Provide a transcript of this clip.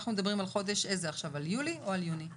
אנחנו מדברים עכשיו על חודש יולי או על יוני?